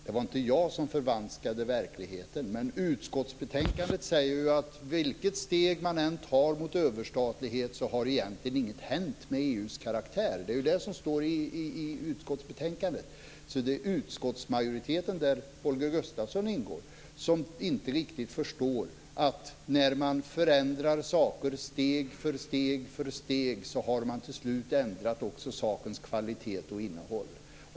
Det var inte jag som förvanskade verkligheten. Men i utskottsbetänkandet står det att ingenting egentligen händer med EU:s karaktär oavsett vilket steg man tar mot överstatlighet. Det är det som står i utskottsbetänkandet. Det är utskottsmajoriteten, där Holger Gustafsson ingår, som inte riktigt förstår att man till slut ändrar kvalitet och innehåll när man förändrar saker steg för steg.